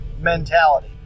mentality